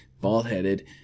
bald-headed